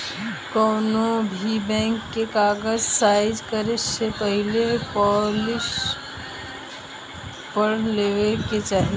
कौनोभी बैंक के कागज़ साइन करे से पहले पॉलिसी पढ़ लेवे के चाही